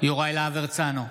יוראי להב הרצנו,